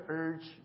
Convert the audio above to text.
urge